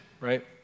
right